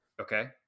Okay